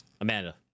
Amanda